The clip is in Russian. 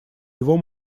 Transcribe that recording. его